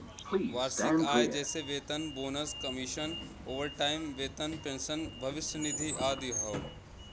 वार्षिक आय जइसे वेतन, बोनस, कमीशन, ओवरटाइम वेतन, पेंशन, भविष्य निधि आदि हौ